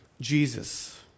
Jesus